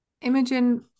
Imogen